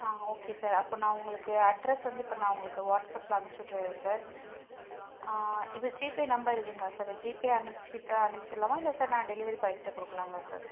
ஆ okay sir அப்போது நான் உங்களுக்கு அட்ரஸ் வந்து இப்போ நான் உங்களுக்கு வாட்ஸப்பில் அனுப்பிச்சு விடுறேன் சார் இப்போ ஜிபே நம்பர் இதுங்களா சார் இப்போ ஜிபே அனுப்பிச்சிட்டு அனுப்ச்சிடலாமா இல்லை சார் நான் டெலிவரி பாய் கிட்டே கொடுக்கலாங்களா சார்